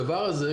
הדבר הזה,